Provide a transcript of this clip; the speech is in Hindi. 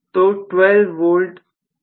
तो 12 वोल्ट 24 वोल्ट हो गया है